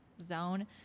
zone